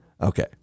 Okay